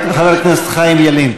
חבר הכנסת חיים ילין.